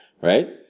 right